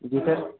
जी sir